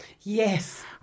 Yes